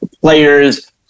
players